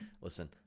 listen